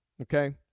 okay